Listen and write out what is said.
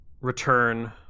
return